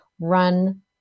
run